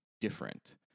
different